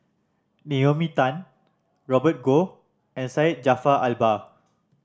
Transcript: Naomi Tan Robert Goh and Syed Jaafar Albar